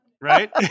right